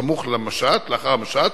סמוך לאחר המשט,